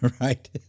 right